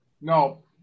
No